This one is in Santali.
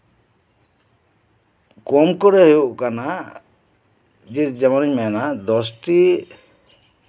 ᱠᱚᱢ ᱠᱚᱨᱮ ᱦᱩᱭᱩᱜ ᱠᱟᱱᱟ ᱡᱮᱢᱚᱱ ᱤᱧ ᱢᱮᱱᱟ ᱫᱚᱥᱴᱤ